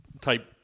type